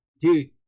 Dude